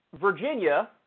Virginia